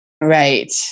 Right